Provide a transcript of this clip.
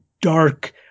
dark –